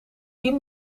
team